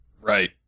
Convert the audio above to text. Right